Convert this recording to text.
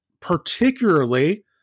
particularly